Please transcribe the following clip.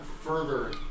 further